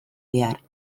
behar